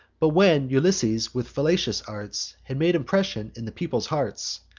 but when ulysses, with fallacious arts, had made impression in the people's hearts,